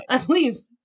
Please